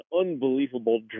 unbelievable